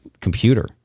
computer